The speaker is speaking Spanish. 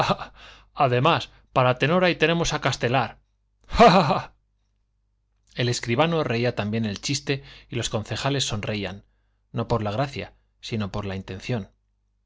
además para tenor ahí tenemos a castelar ja ja ja el escribano reía también el chiste y los concejales sonreían no por la gracia si no por la intención